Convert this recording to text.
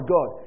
God